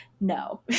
No